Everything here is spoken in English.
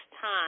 time